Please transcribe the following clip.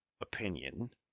opinion